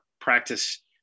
practice